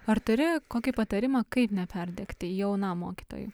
ar turi kokį patarimą kaip neperdegti jaunam mokytojui